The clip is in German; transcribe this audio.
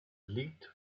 liegt